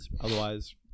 Otherwise